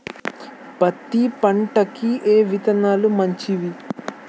పత్తి పంటకి ఏ విత్తనాలు మంచివి?